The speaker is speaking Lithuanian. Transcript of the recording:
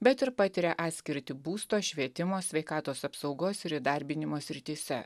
bet ir patiria atskirtį būsto švietimo sveikatos apsaugos ir įdarbinimo srityse